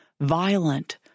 violent